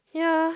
ya